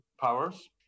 powers